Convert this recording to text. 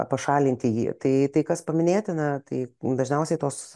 pašalinti jį tai tai kas paminėtina tai dažniausiai tos